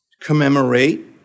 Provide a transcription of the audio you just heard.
Commemorate